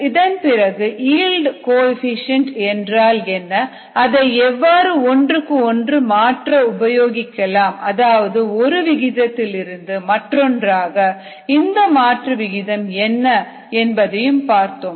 இதன்பிறகு yield coefficient என்றால் என்ன அதை எவ்வாறு ஒன்றுக்கு ஒன்று மாற்ற உபயோகிக்கலாம் அதாவது ஒரு விகிதத்தில் இருந்து மற்றொன்றாக இந்த மாற்று விகிதம் என்ன என்பதையும் பார்த்தோம்